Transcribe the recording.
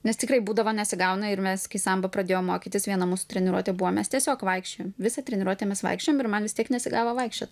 nes tikrai būdavo nesigauna ir mes kai sambą pradėjom mokytis viena mūsų treniruotė buvo mes tiesiog vaikščiojom visą treniruotę mes vaikščiojom ir man vis tiek nesigavo vaikščiot